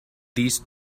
these